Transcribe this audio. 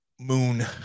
moon